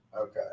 Okay